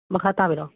ꯃꯈꯥ ꯇꯥꯕꯤꯔꯣ